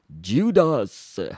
judas